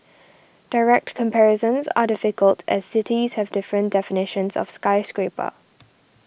direct comparisons are difficult as cities have different definitions of skyscraper